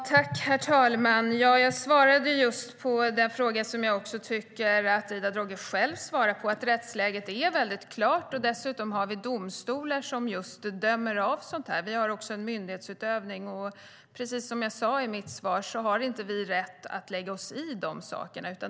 Herr talman! Jag svarade just på den fråga som jag tycker att Ida Drougge själv svarade på. Rättsläget är väldigt klart, och dessutom har vi domstolar som dömer i sådana frågor. Vi har också en myndighetsutövning, och precis som jag sa i mitt svar har vi inte rätt att lägga oss i dessa saker.